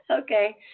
Okay